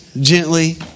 gently